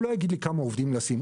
הוא לא יגיד לי כמה עובדים לשים,